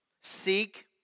Seek